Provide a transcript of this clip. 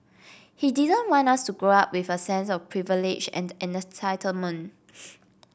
he didn't want us to grow up with a sense of privilege and entitlement